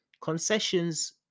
Concessions